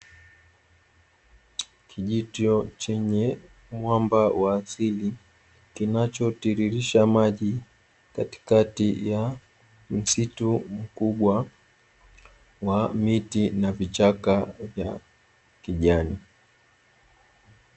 Kijito chenye mwamba wa asili kinachotiririsha maji katikati ya msitu mkubwa wa miti na vichaka vya kijani.